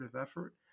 effort